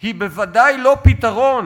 היא בוודאי לא פתרון,